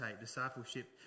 Discipleship